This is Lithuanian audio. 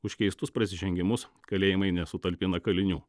už keistus prasižengimus kalėjimai nesutalpina kalinių